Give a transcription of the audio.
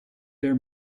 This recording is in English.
their